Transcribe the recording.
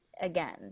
again